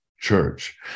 church